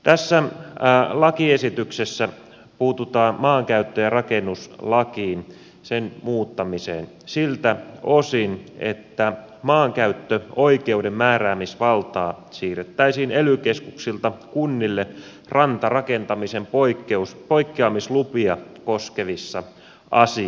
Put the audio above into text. tässä lakiesityksessä puututaan maankäyttö ja rakennuslakiin sen muuttamiseen siltä osin että maankäyttöoikeuden määräämisvaltaa siirrettäisiin ely keskuksilta kunnille rantarakentamisen poikkeamislupia koskevissa asioissa